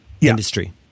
industry